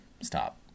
stop